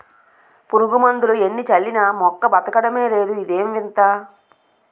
పురుగుమందులు ఎన్ని చల్లినా మొక్క బదకడమే లేదు ఇదేం వింత?